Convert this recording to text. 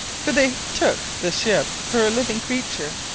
for they took the ship for a living creature,